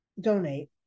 donate